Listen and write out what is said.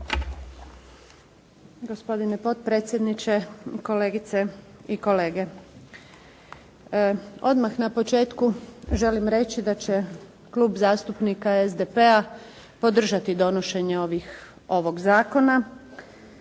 Gospodine potpredsjedniče, kolegice i kolege. Odmah na početku želim reći da će Klub zastupnika SDP-a podržati donošenje ovog zakona.